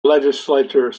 legislature